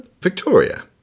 Victoria